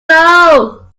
know